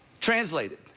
Translated